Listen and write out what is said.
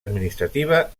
administrativa